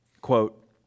Quote